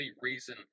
reason